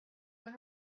when